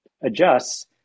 adjusts